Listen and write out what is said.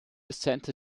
center